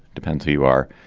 depends who you are.